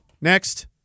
next